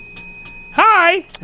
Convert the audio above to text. Hi